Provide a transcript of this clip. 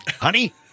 Honey